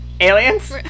Aliens